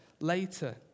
later